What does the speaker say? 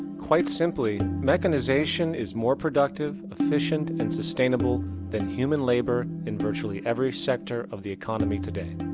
quite simply, mechanization is more productive, efficient and sustainable than human labor in virtually every sector of the economy today.